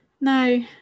No